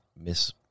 Miss